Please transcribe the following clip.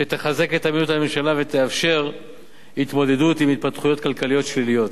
שתחזק את אמינות הממשלה ותאפשר התמודדות עם התפתחויות כלכליות שליליות.